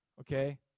okay